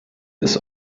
ist